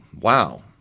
wow